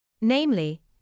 Namely